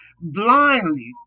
blindly